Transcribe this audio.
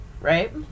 Right